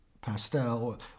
pastel